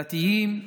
דתיים,